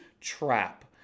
trap